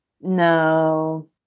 no